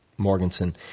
morgenson.